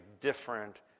different